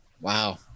Wow